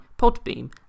Podbeam